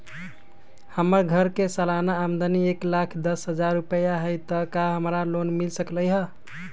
हमर घर के सालाना आमदनी एक लाख दस हजार रुपैया हाई त का हमरा लोन मिल सकलई ह?